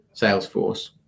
Salesforce